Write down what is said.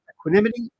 equanimity